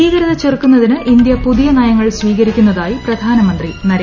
ഭീകരത ചെറുക്കുന്നതിന് ഇന്ത്യൂ പുതിയ നയങ്ങൾ സ്വീകരിക്കുന്നതായി പ്രധാനമന്ത്രി നൂർത്ത്ര് മോദി